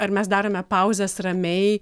ar mes darome pauzes ramiai